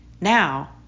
Now